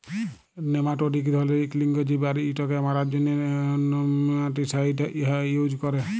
nematoda ইক ধরলের ইক লিঙ্গ জীব আর ইটকে মারার জ্যনহে নেমাটিসাইড ইউজ ক্যরে